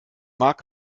mag